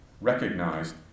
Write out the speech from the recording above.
recognized